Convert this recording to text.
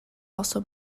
also